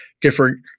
different